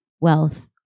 wealth